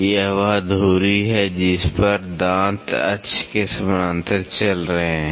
यह वह धुरी है जिस पर दांत अक्ष के समानांतर चल रहे हैं